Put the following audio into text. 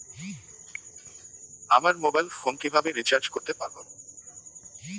আমার mobile phone কিভাবে recharge করতে পারব?